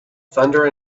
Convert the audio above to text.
thunder